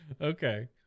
Okay